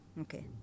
Okay